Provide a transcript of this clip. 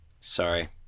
Sorry